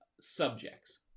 subjects